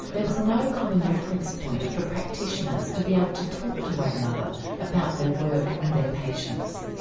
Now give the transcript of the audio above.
there was no common reference point for practitioners to be able to talk to one another about their work and their patients.